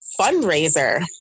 fundraiser